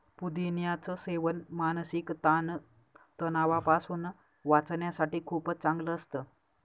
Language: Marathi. पुदिन्याच सेवन मानसिक ताण तणावापासून वाचण्यासाठी खूपच चांगलं असतं